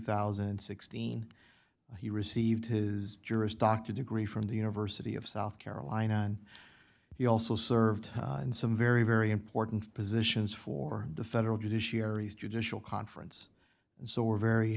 thousand and sixteen he received his juris doctorate degree from the university of south carolina and he also served in some very very important positions for the federal judiciary is judicial conference and so we're very